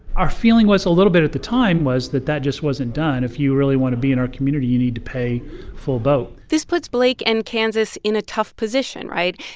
our feeling was a little bit at the time was that that just wasn't done. if you really want to be in our community, you need to pay full boat this puts blake and kansas in a tough position, right?